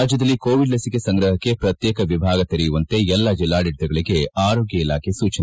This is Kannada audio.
ರಾಜ್ಯದಲ್ಲಿ ಕೋವಿಡ್ ಲಸಿಕೆ ಸಂಗ್ರಹಕ್ಕೆ ಪ್ರತ್ಯೇಕ ವಿಭಾಗ ತೆರೆಯುವಂತೆ ಎಲ್ಲಾ ಜಿಲ್ಲಾಡಳಿತಗಳಿಗೆ ಆರೋಗ್ಯ ಇಲಾಖೆ ಸೂಚನೆ